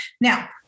Now